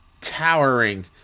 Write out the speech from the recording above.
towering